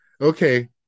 Okay